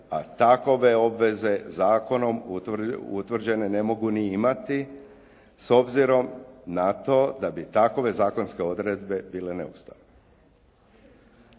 a takove obveze zakonom utvrđene ne mogu ni imati s obzirom na to da bi takove zakonske odredbe bile neustavne.